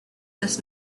this